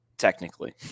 Technically